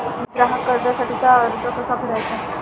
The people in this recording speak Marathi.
ग्राहक कर्जासाठीचा अर्ज कसा भरायचा?